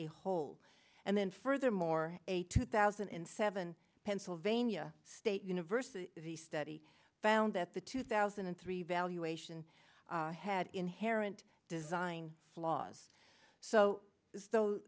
a whole and then furthermore a two thousand and seven pennsylvania state university study found that the two thousand and three evaluation had inherent design flaws so